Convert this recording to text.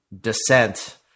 Descent